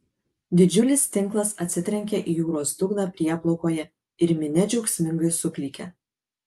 didžiulis tinklas atsitrenkia į jūros dugną prieplaukoje ir minia džiaugsmingai suklykia